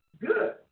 good